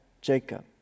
Jacob